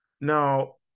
Now